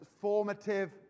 formative